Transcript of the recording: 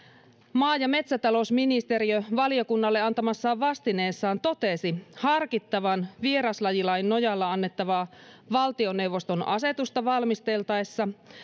maa ja metsätalousministeriö valiokunnalle antamassaan vastineessa totesi harkittavan vieraslajilain nojalla annettavaa valtioneuvoston asetusta valmisteltaessa